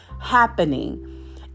happening